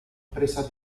presa